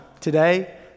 today